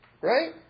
Right